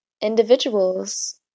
individuals